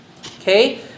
Okay